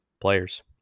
players